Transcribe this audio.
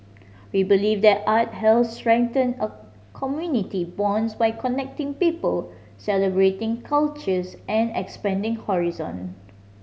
we believe that art helps strengthen a community bonds by connecting people celebrating cultures and expanding horizon